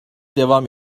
devam